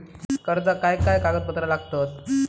कर्जाक काय काय कागदपत्रा लागतत?